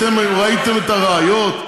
אתם ראיתם את הראיות,